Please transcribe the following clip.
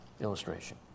illustration